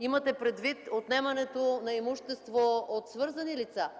имате предвид отнемането на имущество от свързани лица;